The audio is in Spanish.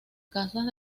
casas